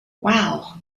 wow